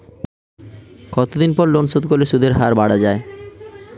কতদিন পর লোন শোধ করলে সুদের হার বাড়ে য়ায়?